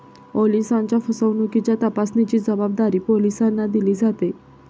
ओलिसांच्या फसवणुकीच्या तपासाची जबाबदारी पोलिसांना दिली जाते